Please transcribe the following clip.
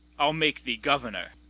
i'll make thee governor.